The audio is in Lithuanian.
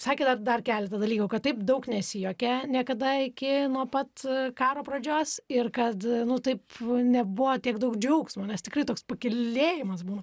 sakė dar dar keletą dalykų kad taip daug nesijuokė niekada iki nuo pat karo pradžios ir kad taip nebuvo tiek daug džiaugsmo nes tikrai toks pakylėjimas buvo